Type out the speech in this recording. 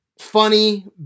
funny